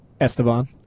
Esteban